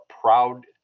proud